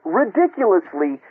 ridiculously